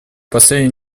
последние